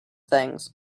things